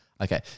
Okay